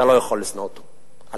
אתה לא יכול לשנוא אותו על-אמת.